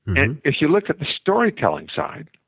and if you look at the storytelling side,